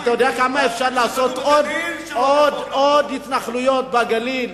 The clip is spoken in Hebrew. אתה יודע כמה עוד התנחלויות אפשר לעשות בגליל.